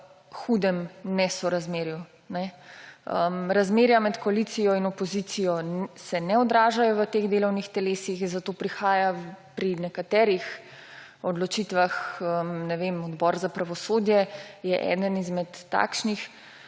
hudem nesorazmerju. Razmerja med koalicijo in opozicijo se ne odražajo v teh delovnih telesih, zato prihaja pri nekaterih odločitvah − Odbor za pravosodje je eden izmed takšnih,